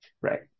Right